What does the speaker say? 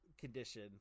condition